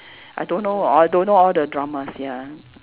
I don't know all I don't know all the dramas ya